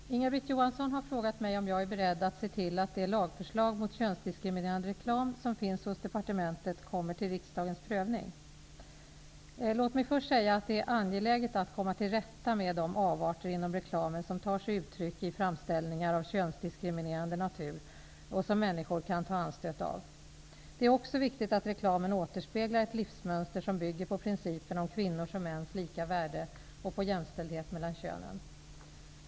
Herr talman! Inga-Britt Johansson har frågat mig om jag är beredd att se till att det lagförslag mot könsdiskriminerande reklam som finns hos departementet kommer till riksdagens prövning. Låt mig först säga att det är angeläget att komma till rätta med de avarter inom reklamen som tar sig uttryck i framställningar av könsdiskriminerande natur och som människor kan ta anstöt av. Det är också viktigt att reklamen återspeglar ett livsmönster som bygger på principen om kvinnors och mäns lika värde och på jämställdhet mellan könen.